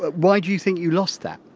but why do you think you lost that?